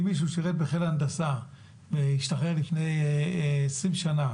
אם מישהו שירת בחיל הנדסה והשתחרר לפני 20 שנה